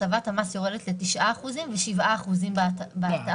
הטבת המס יורדת ל-9 אחוזים ו-7 אחוזים בהתאמה.